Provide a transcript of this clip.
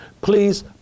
please